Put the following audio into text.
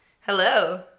Hello